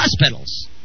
hospitals